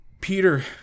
Peter